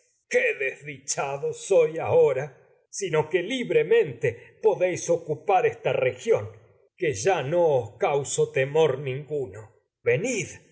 qué desdichado ocupar ahora sino no que os libremente temor podéis esta región es a que yá causa ninguno venid